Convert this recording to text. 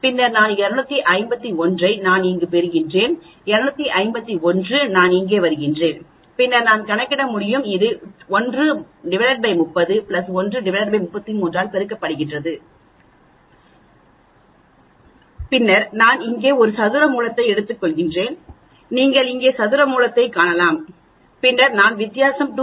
பின்னர் நான் 251 ஐ நான் இங்கு பெறுகிறேன் 251 நான் இங்கே வருகிறேன் பின்னர் நான் கணக்கிட முடியும் இது 130 133 ஆல் பெருக்கப்படுகிறது பின்னர் நான் இங்கே ஒரு சதுர மூலத்தை எடுத்துக்கொள்கிறேன் நீங்கள் இங்கே சதுர மூலத்தைக் காணலாம் பின்னர் நான் வித்தியாசம் 2